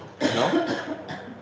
No